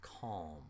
calm